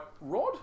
Rod